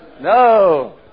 No